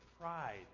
pride